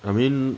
I mean